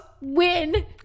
win